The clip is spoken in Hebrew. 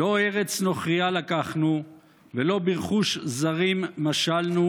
"לא ארץ נוכרייה לקחנו ולא ברכוש זרים משלנו,